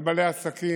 על בעלי עסקים,